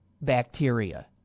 bacteria